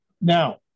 Now